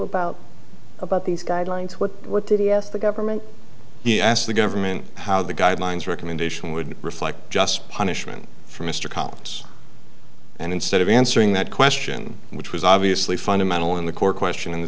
about about these guidelines what what did he ask the government he asked the government how the guidelines recommendation would reflect just punishment for mr collins and instead of answering that question which was obviously fundamental in the core question in the